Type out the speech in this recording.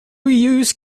use